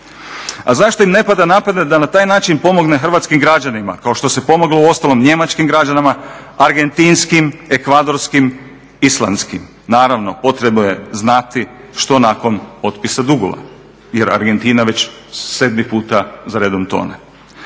A zašto im ne pada na pamet da na taj način pomognu hrvatskim građanima kao što se pomoglo uostalom njemačkim građanima, argentinskim, ekvadorskim, islamskim? Naravno, potrebno je znati što nakon otpisa dugova jer Argentina već 7. puta za redom tone.